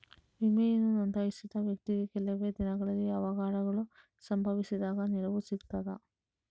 ವಿಮೆಯನ್ನು ನೋಂದಾಯಿಸಿದ ವ್ಯಕ್ತಿಗೆ ಕೆಲವೆ ದಿನಗಳಲ್ಲಿ ಅವಘಡಗಳು ಸಂಭವಿಸಿದಾಗ ನೆರವು ಸಿಗ್ತದ?